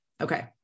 Okay